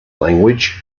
language